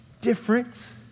Different